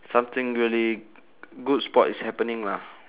something really good sport is happening lah